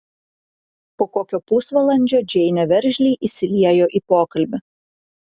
po kokio pusvalandžio džeinė veržliai įsiliejo į pokalbį